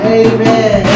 amen